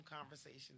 conversation